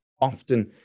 often